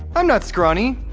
i'm not scrawny!